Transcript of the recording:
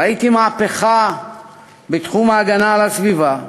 ראיתי מהפכה בתחום ההגנה על הסביבה.